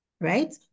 right